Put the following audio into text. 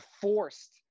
forced